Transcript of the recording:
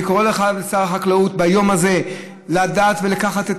אני קורא לשר החקלאות ביום הזה לדעת ולקחת: